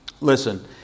Listen